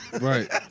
Right